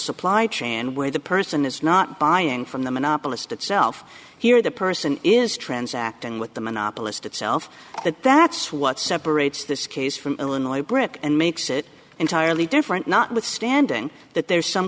supply chain and where the person is not buying from the monopolist itself here the person is transacting with the monopolist itself that that's what separates this case from illinois brick and makes it entirely different not withstanding that there's some